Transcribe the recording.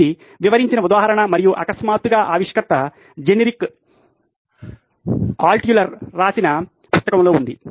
ఇది వివరించిన ఉదాహరణ మరియు అకస్మాత్తుగా ఆవిష్కర్త జెనెరిక్ ఆల్ట్షులర్ రాసిన పుస్తకంలో ఉంది